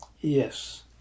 Yes